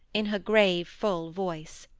in her grave, full voice.